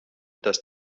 dass